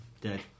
Dead